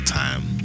time